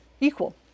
equal